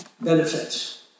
benefits